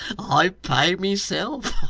i pay myself!